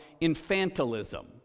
infantilism